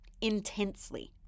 intensely